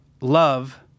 love